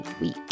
week